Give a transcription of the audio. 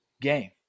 game